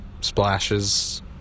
splashes